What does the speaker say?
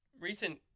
recent